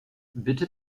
bitte